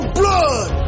blood